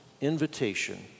invitation